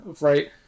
right